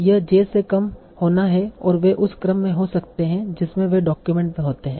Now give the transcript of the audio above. यह j से कम होना है और वे उस क्रम में हो सकते हैं जिसमें वे डॉक्यूमेंट में होते हैं